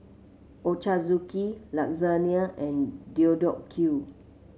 Ochazuke Lasagna and Deodeok Gui